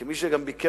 כמי שביקר